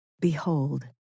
Behold